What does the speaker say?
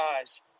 eyes